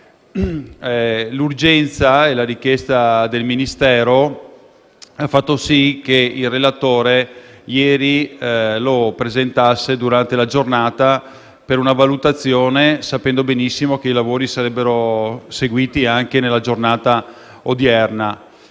L'urgenza - su richiesta del Ministero - ha fatto sì che il relatore lo presentasse durante la giornata di ieri per una valutazione, sapendo benissimo che i lavori sarebbero proseguiti anche nella giornata odierna.